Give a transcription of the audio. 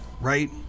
right